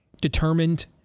determined